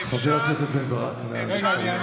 חבר הכנסת בן ברק, נא לסיים.